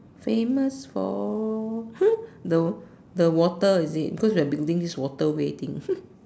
famous for the the water is it cause we are building this waterway thing